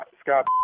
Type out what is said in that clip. Scott